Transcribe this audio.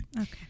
Okay